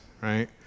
right